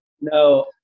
no